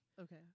Okay